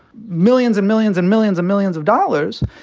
millions and millions and millions of millions of dollars.